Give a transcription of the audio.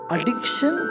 Addiction